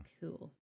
Cool